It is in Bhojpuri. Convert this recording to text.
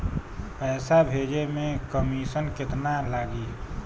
पैसा भेजे में कमिशन केतना लागि?